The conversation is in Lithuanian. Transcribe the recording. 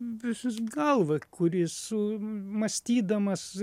visus galva kuri su mąstydamas